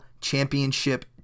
championship